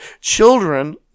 Children